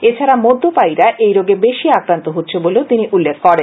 এছাড়া মদ্যপায়ীরা কারনেও এই রোগে বেশি আক্রান্ত হচ্ছে বলে তিনি উল্লেখ করেন